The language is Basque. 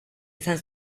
izan